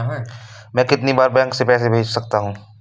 मैं कितनी बार बैंक से पैसे भेज सकता हूँ?